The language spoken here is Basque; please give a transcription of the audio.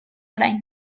orain